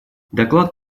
доклад